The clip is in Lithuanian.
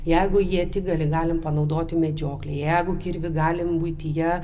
jeigu ietigalį galim panaudoti medžioklėj jeigu kirvį galim buityje